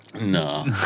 No